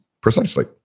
Precisely